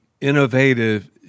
innovative